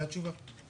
זו התשובה.